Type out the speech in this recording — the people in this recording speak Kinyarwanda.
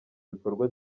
bikorwa